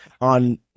On